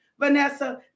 Vanessa